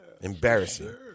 Embarrassing